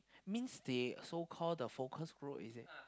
means the so called the focus group is it